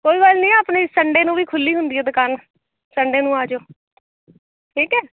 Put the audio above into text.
ਕੋਈ ਗੱਲ ਨਹੀਂ ਆਪਣੀ ਸੰਡੇ ਨੂੰ ਵੀ ਖੁੱਲੀ ਹੁੰਦੀ ਹੈ ਦੁਕਾਨ ਸੰਡੇ ਨੂੰ ਆ ਜਾਇਓ ਠੀਕ ਹੈ